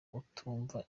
utumva